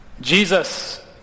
Jesus